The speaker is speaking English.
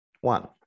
one